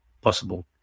possible